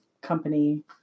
company